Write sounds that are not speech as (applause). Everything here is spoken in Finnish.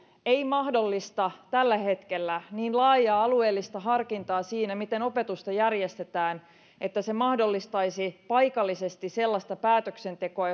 ei mahdollista tällä hetkellä niin laajaa alueellista harkintaa siinä miten opetusta järjestetään että se mahdollistaisi paikallisesti sellaista päätöksentekoa (unintelligible)